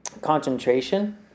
Concentration